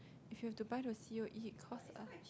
if you have to buy the c_o_e it cost a